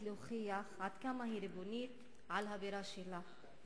להוכיח עד כמה היא ריבונית על הבירה שלה,